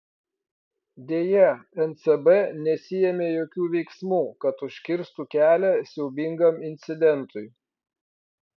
deja ncb nesiėmė jokių veiksmų kad užkirstų kelią siaubingam incidentui